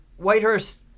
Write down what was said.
Whitehurst